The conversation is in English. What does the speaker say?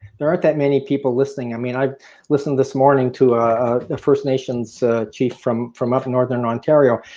there aren't that many people listening. i mean i listened this morning to the first nations chief from from up northern ontario.